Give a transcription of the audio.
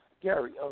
Gary